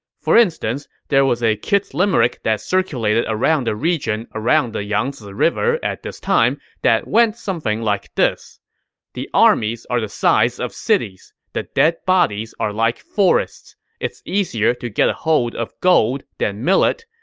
for instance, there was a kid's limerick that circulated around the region around the yangzi river at this time that went something like this the armies are the size of cities the dead bodies are like forests it's easier to get a hold of gold than millet,